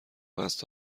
قصد